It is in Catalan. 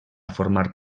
formar